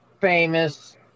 famous